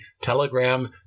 Telegram